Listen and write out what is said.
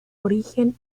origen